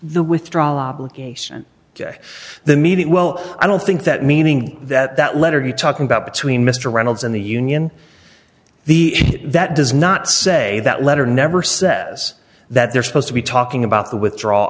the withdrawal obligation ok the meeting well i don't think that meaning that that letter you talking about between mr reynolds and the union the that does not say that letter never says that they're supposed to be talking about the withdrawal